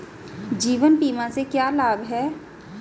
जीवन बीमा से क्या लाभ हैं?